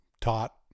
taught